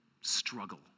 Struggle